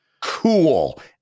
cool